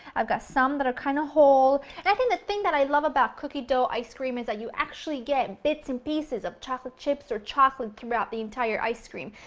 i've got some that are kind of whole, and i think the thing that i love about cookie dough ice cream is that you actually get bits and pieces of chocolate chips or chocolate throughout the entire ice cream.